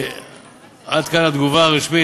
עד כאן התגובה הרשמית.